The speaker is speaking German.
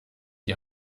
die